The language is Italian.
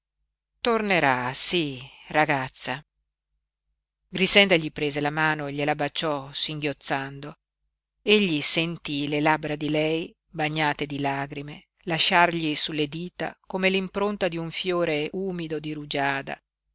tornerà sí ragazza grixenda gli prese la mano e gliela baciò singhiozzando egli sentí le labbra di lei bagnate di lagrime lasciargli sulle dita come l'impronta di un fiore umido di rugiada